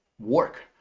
work